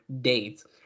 dates